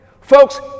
folks